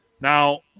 Now